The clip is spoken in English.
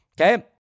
okay